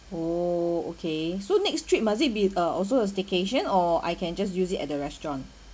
oh okay so next trip must it be a also a staycation or I can just use it at the restaurant